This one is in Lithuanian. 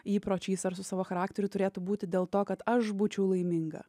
įpročiais ar su savo charakteriu turėtų būti dėl to kad aš būčiau laiminga